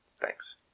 Thanks